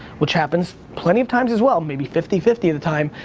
which happens plenty of times as well, maybe fifty fifty of the time,